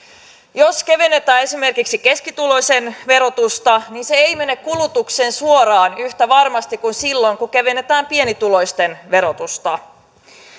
jos kevennetään esimerkiksi keskituloisen verotusta niin se ei mene kulutukseen suoraan yhtä varmasti kuin silloin kun kevennetään pienituloisten verotusta